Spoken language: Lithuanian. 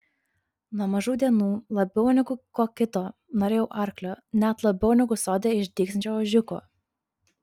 nuo mažų dienų labiau negu ko kito norėjau arklio net labiau negu sode išdygsiančio ožiuko